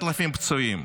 10,000 פצועים,